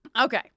okay